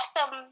awesome